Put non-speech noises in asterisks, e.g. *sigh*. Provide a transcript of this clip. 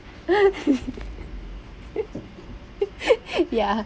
*laughs* ya